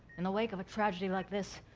in the wake of a tragedy like this,